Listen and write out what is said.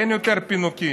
אין יותר פינוקים.